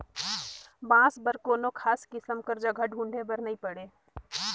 बांस बर कोनो खास किसम के जघा ढूंढे बर नई पड़े